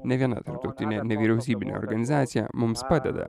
ne viena tarptautinė nevyriausybinė organizacija mums padeda